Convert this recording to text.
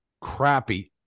crappy